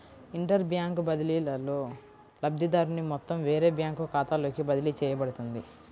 inter bank బదిలీలో, లబ్ధిదారుని మొత్తం వేరే బ్యాంకు ఖాతాలోకి బదిలీ చేయబడుతుంది